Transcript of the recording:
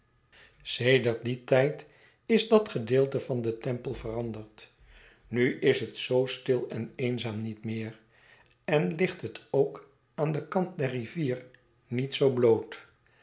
sedert dien tijd is dat gedeelte van den temple veranderd nu is het zoo stil en eenzaam niet meer en ligt het ook aan den kant der rivier niet zoo bloot